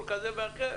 לא.